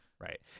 Right